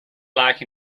lack